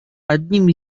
одним